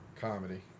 Comedy